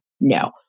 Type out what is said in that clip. No